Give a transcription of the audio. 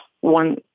one